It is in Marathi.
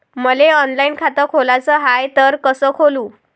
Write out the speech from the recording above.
मले ऑनलाईन खातं खोलाचं हाय तर कस खोलू?